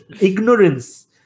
ignorance